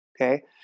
Okay